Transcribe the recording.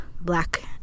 black